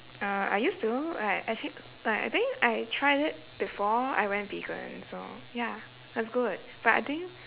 uh I used to like actually like I think I tried it before I went vegan so it was good but I think